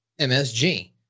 MSG